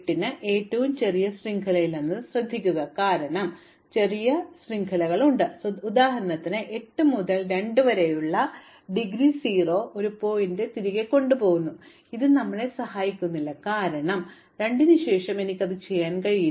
ഇത് ഏറ്റവും ചെറിയ ശൃംഖലയല്ലെന്ന് ശ്രദ്ധിക്കുക കാരണം ചെറിയ ശൃംഖലകളുണ്ട് ഉദാഹരണത്തിന് 8 മുതൽ 2 വരെ ഡിഗ്രി 0 ഉള്ള ഒരു ശീർഷകത്തിലേക്ക് തിരികെ കൊണ്ടുപോകുന്നു പക്ഷേ ഇത് ഞങ്ങളെ സഹായിക്കുന്നില്ല കാരണം 2 ന് ശേഷം എനിക്ക് അത് ചെയ്യാൻ കഴിയില്ല